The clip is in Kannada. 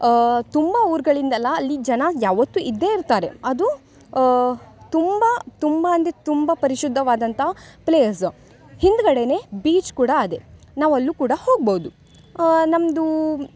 ತುಂಬ ಊರುಗಳಿಂದೆಲ್ಲ ಅಲ್ಲಿ ಜನ ಯಾವತ್ತು ಇದ್ದೇ ಇರ್ತಾರೆ ಅದು ತುಂಬ ತುಂಬ ಅಂದರೆ ತುಂಬ ಪರಿಶುದ್ಧವಾದಂಥ ಪ್ಲೇಸ್ ಹಿಂದುಗಡೆನೆ ಬೀಚ್ ಕೂಡ ಇದೆ ನಾವು ಅಲ್ಲೂ ಕೂಡ ಹೋಗ್ಬೌದು ನಮ್ಮದು